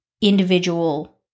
individual